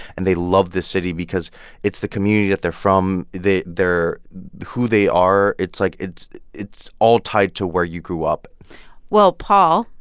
and they love this city because it's the community that they're from. they're who they are, it's like, it's it's all tied to where you grew up well, paul.